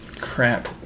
crap